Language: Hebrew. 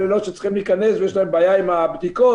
אילות וצריכים להיכנס ויש להם בעיה עם הבדיקות,